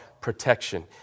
protection